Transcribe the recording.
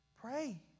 Pray